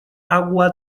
agua